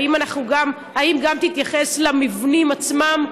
האם גם תתייחס למבנים עצמם,